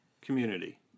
community